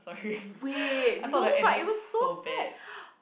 wait no but it was so sad